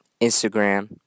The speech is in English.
Instagram